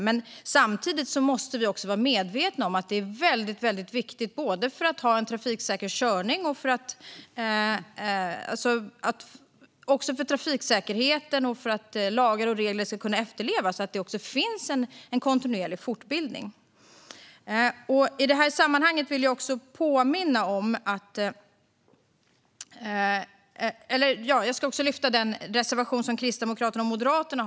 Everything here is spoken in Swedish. Men samtidigt måste vi vara medvetna om att det är väldigt viktigt både för trafiksäkerheten och för att lagar och regler ska efterlevas att det finns en kontinuerlig fortbildning. Jag ska också ta upp reservationen från Kristdemokraterna och Moderaterna.